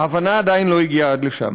ההבנה עדיין לא הגיעה עד לשם.